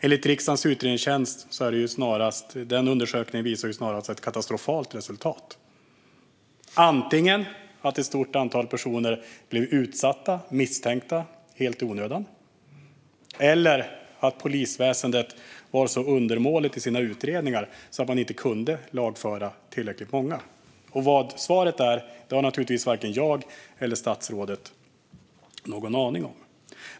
Undersökningen från riksdagens utredningstjänst visar snarast ett katastrofalt resultat. Antingen är det ett stort antal personer som blir utsatta och misstänkta helt i onödan eller så var polisväsendet så undermåligt i sina utredningar att man inte kunde lagföra tillräckligt många. Vad svaret är har naturligtvis varken jag eller statsrådet någon aning om.